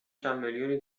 چندمیلیونی